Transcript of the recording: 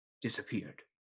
disappeared